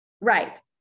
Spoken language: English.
Right